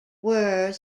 were